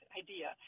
idea